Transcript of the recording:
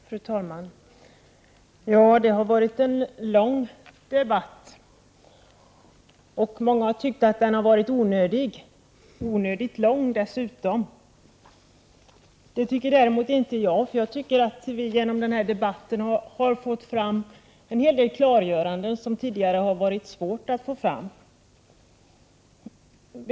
Fru talman! Det har varit en lång debatt, och många har tyckt att den har 6 juni 1989 varit onödig och dessutom onödigt lång. Det tycker däremot inte jag, eftersom jag anser att vi genom denna debatt har fått fram en hel del klargöranden som tidigare har varit svåra att få fram.